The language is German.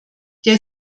der